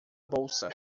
bolsa